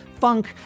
funk